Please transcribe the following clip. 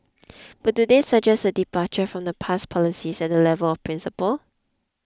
but do they suggest a departure from the past policies at the level of principle